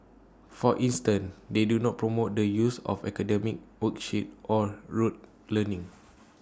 for instance they do not promote the use of academic worksheets or rote learning